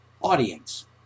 audience